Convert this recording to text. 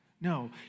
No